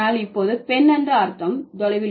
ஆனால் இப்போது பெண் என்ற அர்த்தம் தொலைவில்